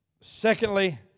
Secondly